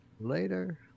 Later